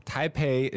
Taipei